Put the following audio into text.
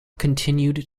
continued